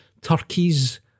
turkeys